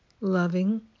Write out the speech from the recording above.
loving